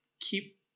keep